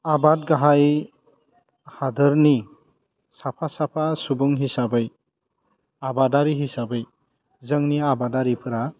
आबाद गाहाय हादोरनि साफा साफा सुबुं हिसाबै आबादारि हिसाबै जोंनि आबादारिफ्रा